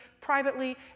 privately